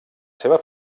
seva